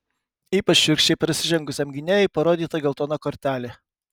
ypač šiurkščiai prasižengusiam gynėjui parodyta geltona kortelė